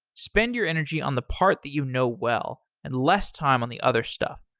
spend your energy on the part that you know well and less time on the other stuff.